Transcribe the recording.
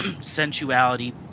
sensuality